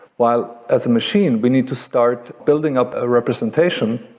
while as a machine, we need to start building up a representation,